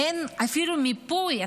אפילו מיפוי אין.